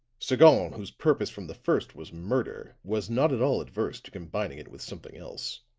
sagon, whose purpose from the first was murder, was not at all averse to combining it with something else.